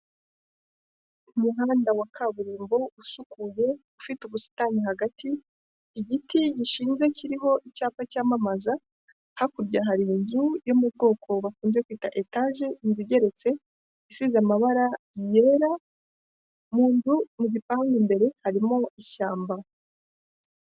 Umuhanda wa kaburimbo usukuye ufite ubusitani hagati. Igiti gishinze kiriho icyapa cyamamaza, hakurya hari inzu yo mu bwoko bakunze kwita etage, inzu igeretse isize amabara yera, mu nzu mu gipangu imbere harimo ishyamba.